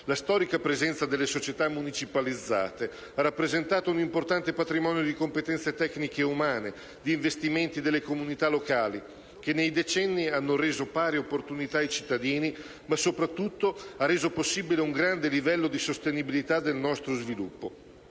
La storica presenza delle società municipalizzate ha rappresentato un importante patrimonio di competenze tecniche e umane, di investimenti delle comunità locali, che nei decenni hanno reso pari opportunità ai cittadini, ma soprattutto hanno reso possibile un grande livello di sostenibilità del nostro sviluppo,